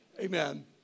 Amen